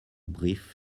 brief